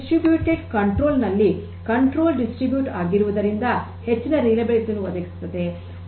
distributed control ನಲ್ಲಿ control distribute ಆಗಿರುವುದರಿಂದ ಹೆಚ್ಚಿನ ವಿಶ್ವಾಸಾರ್ಹತೆಯನ್ನು ಒದಗಿಸುತ್ತದೆ